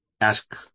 ask